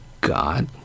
God